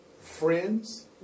friends